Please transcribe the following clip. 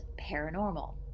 paranormal